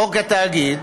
חוק התאגיד.